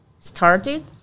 started